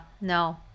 no